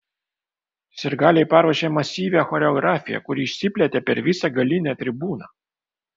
sirgaliai paruošė masyvią choreografiją kuri išsiplėtė per visą galinę tribūną